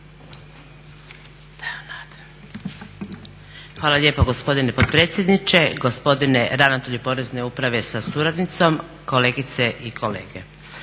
Hvala lijepa gospodine potpredsjedniče, gospodine ravnatelju Porezne uprave sa suradnicom, kolegice i kolege.